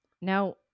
Now